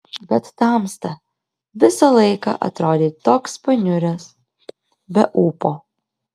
bet tamsta visą laiką atrodei toks paniuręs be ūpo